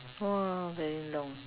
!wah! very long